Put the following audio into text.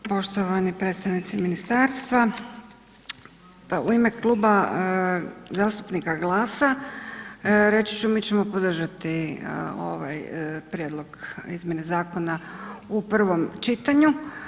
Poštovani predstavnici ministarstva, pa u ime Kluba zastupnika GLAS-a reći ću, mi ćemo podržati ovaj prijedlog izmjene zakona u prvom čitanju.